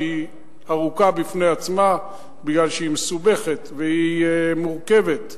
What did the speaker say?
שהיא ארוכה בפני עצמה כי היא מסובכת והיא מורכבת.